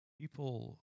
people